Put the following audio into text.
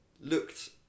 looked